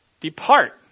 Depart